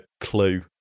clue